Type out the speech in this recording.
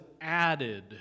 added